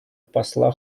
посла